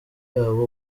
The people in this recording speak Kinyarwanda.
yabo